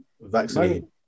vaccinated